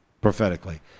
prophetically